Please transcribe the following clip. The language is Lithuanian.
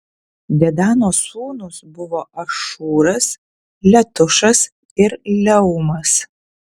dedano sūnūs buvo ašūras letušas ir leumas